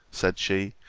said she,